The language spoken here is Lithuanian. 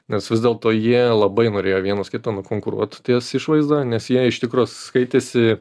nes vis dėlto jie labai norėjo vienas kitą nukonkuruot ties išvaizda nes jie iš tikro skaitėsi